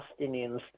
Palestinians